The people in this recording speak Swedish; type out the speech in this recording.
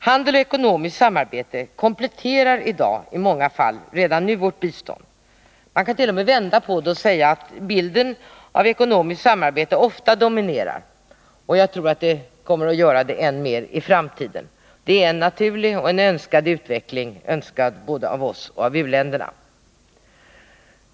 Handel och ekonomiskt samarbete kompletterar redan i dag i många fall vårt bistånd. Man kant.o.m. vända på det och säga att bilden av ekonomiskt samarbete ofta dominerar, och jag tror att det kommer att göra det än mer i framtiden. Detta är en naturlig och en önskad utveckling, önskad både av oss och av u-länderna.